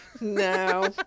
No